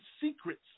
secrets